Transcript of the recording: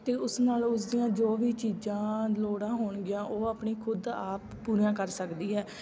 ਅਤੇ ਉਸ ਨਾਲ ਉਸਦੀਆਂ ਜੋ ਵੀ ਚੀਜ਼ਾਂ ਲੋੜਾਂ ਹੋਣਗੀਆਂ ਉਹ ਆਪਣੀ ਖੁਦ ਆਪ ਪੂਰੀਆਂ ਕਰ ਸਕਦੀ ਹੈ